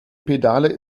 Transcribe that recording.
pedale